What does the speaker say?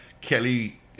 Kelly